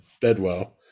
Bedwell